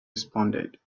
responded